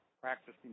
practicing